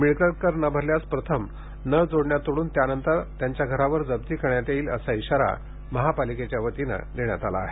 मिळकत कर न भरल्यास प्रथम नळ जोडण्या तोडून त्यानंतर त्यांच्या घरावर जप्ती करण्यात येईल असा इशारा महापालिकेच्या वतीने देण्यात आला आहे